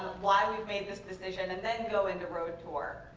why we've made this decision, and then go into road tour.